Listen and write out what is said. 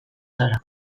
zara